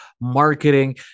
marketing